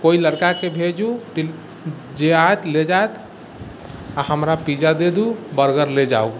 कोइ लड़काके भेजू जे आएत ले जाएत आओर हमरा पिज्जा दे दू बर्गर ले जाउ